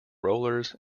rollers